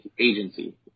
agency